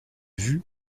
vue